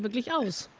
but seychelles?